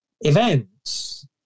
events